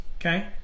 okay